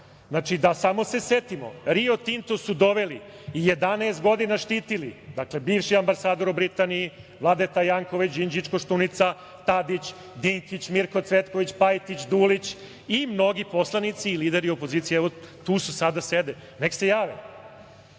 Da samo se setimo, Rio Tinto su doveli i 11 godina štitili bivši ambasador u Britaniji Vladeta Janković, Đinđić, Koštunica, Tadić, Dinkić, Mirko Cvetković, Pajtić, Dulić i mnogi poslanici i lideri opozicije. Evo, tu su sada sede, nek se